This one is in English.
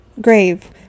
grave